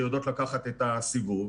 שיודעות לקחת את הסיבוב.